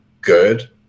good